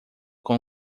com